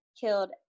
killed